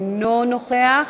אינו נוכח.